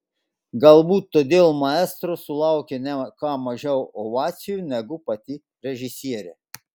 galbūt todėl maestro sulaukė ne ką mažiau ovacijų negu pati režisierė